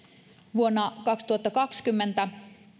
vuonna kaksituhattakaksikymmentä